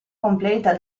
completa